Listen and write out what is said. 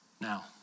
Now